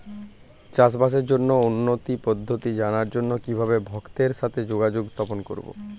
চাষবাসের জন্য উন্নতি পদ্ধতি জানার জন্য কিভাবে ভক্তের সাথে যোগাযোগ স্থাপন করব?